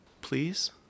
Please